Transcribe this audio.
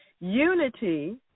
Unity